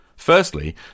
Firstly